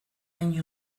hain